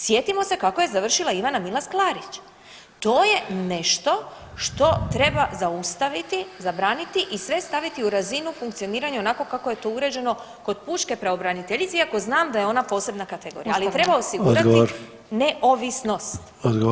Sjetimo se kako je završila Ivan Milas Klarić, to je nešto što treba zaustaviti, zabraniti i sve staviti u razinu funkcioniranja onako kako je to uređeno kod pučke pravobraniteljice, iako znam da je ona posebna kategorija, ali treba osigurati neovisnost.